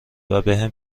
وبهم